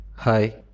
Hi